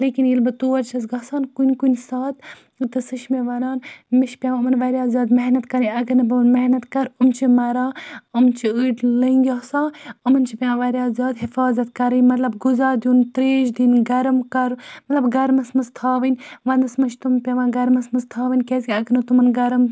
لیکِن ییٚلہِ بہٕ تور چھَس گژھان کُنہِ کُنہِ ساتہٕ تہٕ سُہ چھِ مےٚ وَنان مےٚ چھِ پیٚوان یِمَن واریاہ زیادٕ محنت کَرٕنۍ اگر نہٕ بہٕ محنت کَرٕ یِم چھِ مَران یِم چھِ أڑۍ لٔنٛگۍ آسان یِمَن چھِ پیٚوان واریاہ زیادٕ حِفاظت کَرٕنۍ مطلب غذہ دیُن تریش دِنۍ گَرم کَرٕ مَطلب گَرمَس مَنٛز تھاوٕنۍ وَنٛدَس منٛز چھِ تِم پیٚوان گَرمَس مَنٛز تھاوٕنۍ کیٛازِکہِ اگر نہٕ تِمن گَرم